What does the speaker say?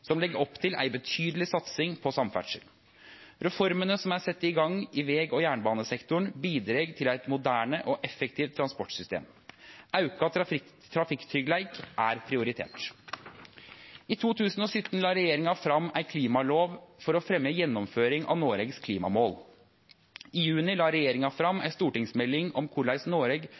som legg opp til ei betydeleg satsing på samferdsel. Reformene som er sette i gang i veg- og jernbanesektoren, bidreg til eit moderne og effektivt transportsystem. Auka trafikktryggleik er prioritert. Våren 2017 la regjeringa fram ei klimalov for å fremje gjennomføring av Noregs klimamål. I juni la regjeringa fram ei stortingsmelding om korleis Noreg